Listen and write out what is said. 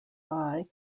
buy